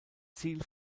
ziel